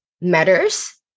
matters